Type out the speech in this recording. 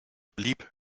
blieb